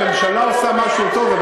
מודה שהממשלה עושה משהו טוב.